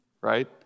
right